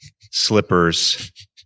slippers